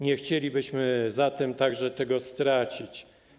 Nie chcielibyśmy zatem także tego stracić.